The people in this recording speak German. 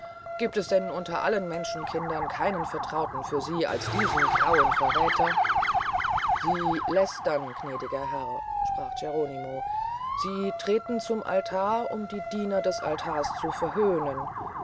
giebt es denn unter allen menschenkindern keinen vertrauten für sie als diesen grauen verräther sie lästern gnädiger herr sprach geronimo sie treten zum altar um die diener des altars zu verhöhnen